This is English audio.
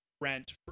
rent